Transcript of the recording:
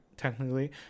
technically